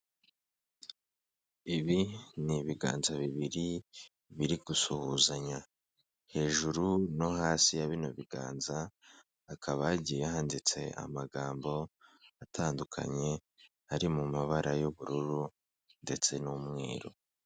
Ibi ni ibiganza bibiri biri gusuhuzanya, hejuru no hasi ya bino biganza, hakaba hagiye handitse amagambo atandukanye, ari mu mabara y'ubururu ndetse n'umweru.